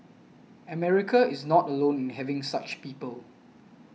America is not alone in having such people